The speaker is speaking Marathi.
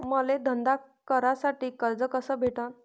मले धंदा करासाठी कर्ज कस भेटन?